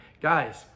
guys